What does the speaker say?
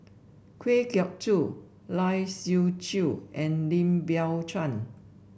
Kwa Geok Choo Lai Siu Chiu and Lim Biow Chuan